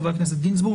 חבר הכנסת גינזבורג,